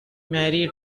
mary